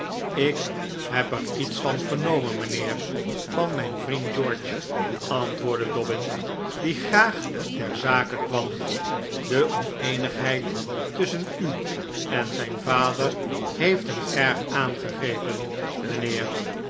ik heb er iets van vernomen mijnheer van mijn vriend george antwoordde dobbin die graag ter zake kwam de oneenigheid tusschen u en zijn vader heeft hem erg aangegrepen mijnheer